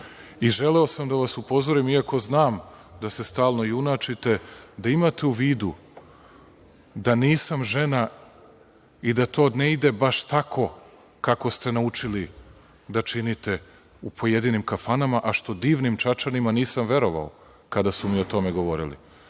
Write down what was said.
sam da vas upozorim, iako znam da se stalno junačite, da imate u vidu da nisam žena i da to ne ide baš tako kako ste naučili da činite u pojedinim kafanama, a što divnim Čačanima nisam verovao, kada su mi o tome govorili.